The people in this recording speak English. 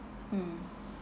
mm